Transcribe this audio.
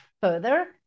further